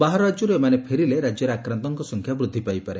ବାହାର ରାଜ୍ୟରୁ ଏମାନେ ଫେରିଲେ ରାଜ୍ୟରେ ଆକ୍ରାନ୍ଡଙ୍ଙ ସଂଖ୍ୟା ବୁଦ୍ଧି ପାଇପାରେ